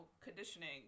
conditioning